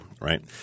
right